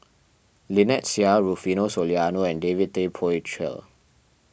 Lynnette Seah Rufino Soliano and David Tay Poey Cher